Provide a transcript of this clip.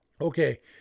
Okay